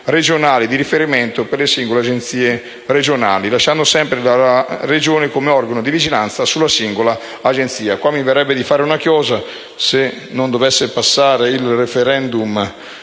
regionali di riferimento per le singole Agenzie regionali, lasciando sempre la Regione come organo di vigilanza sulla singola Agenzia. Qui mi verrebbe da fare una chiosa: se non dovesse passare il*referendum*,